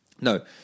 No